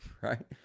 right